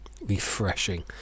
refreshing